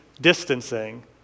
distancing